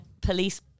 police